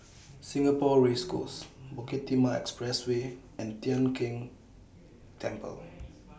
Singapore Race Course Bukit Timah Expressway and Tian Keng Temple